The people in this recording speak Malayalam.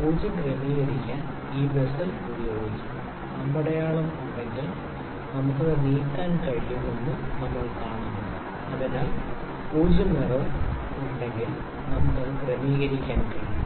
0 ക്രമീകരിക്കാൻ ഈ ബെസെൽ ഉപയോഗിക്കാം അമ്പടയാളം ഉണ്ടെങ്കിൽ നമുക്ക് അത് നീക്കാൻ കഴിയുമെന്ന് നമ്മൾ കാണുന്നു അതിനാൽ 0 എറർ ഉണ്ടെങ്കിൽ നമുക്ക് അത് ക്രമീകരിക്കാൻ കഴിയും